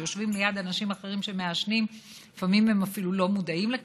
שיושבים ליד אנשים אחרים שמעשנים ולפעמים הם אפילו לא מודעים לכך,